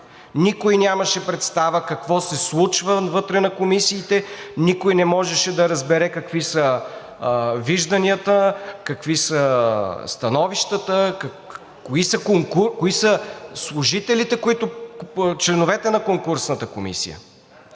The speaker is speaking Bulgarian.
Никой нямаше представа какво се случва вътре на комисиите. Никой не можеше да разбере какви са вижданията, какви са становищата, кои са членовете на конкурсната комисия.